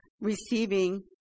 receiving